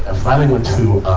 ah finally went to,